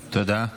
תודה.